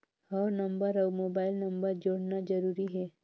हव नंबर अउ mobile number जोड़ना जरूरी हे?